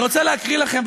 אני רוצה להקריא לכם,